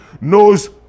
knows